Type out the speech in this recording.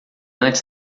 antes